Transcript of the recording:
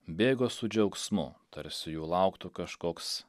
bėgo su džiaugsmu tarsi jų lauktų kažkoks